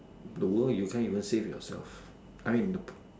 the world you can't even save yourself I nope